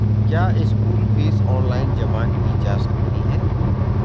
क्या school fees online जमा की जा सकती है?